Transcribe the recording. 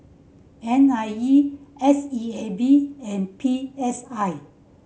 N I E S E A B and P S I